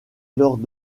lors